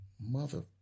mother